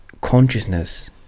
consciousness